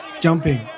jumping